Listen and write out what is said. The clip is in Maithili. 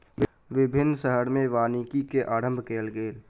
विभिन्न शहर में वानिकी के आरम्भ कयल गेल